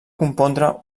compondre